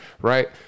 right